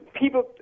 people